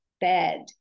bed